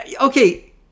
okay